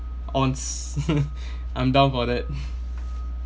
ons I'm down for that